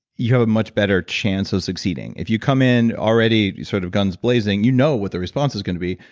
you have a much better chance of succeeding. if you come in already sort of guns blazing, you know what the response is going to be.